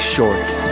Shorts